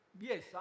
Yes